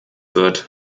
wird